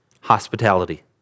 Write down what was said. hospitality